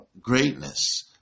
greatness